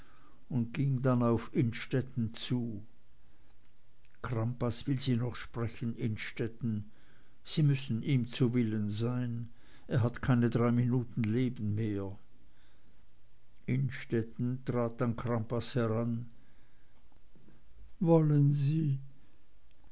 und ging dann auf innstetten zu crampas will sie noch sprechen innstetten sie müssen ihm zu willen sein er hat keine drei minuten leben mehr innstetten trat an crampas heran wollen sie